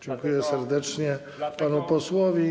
Dziękuję serdecznie panu posłowi.